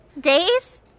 days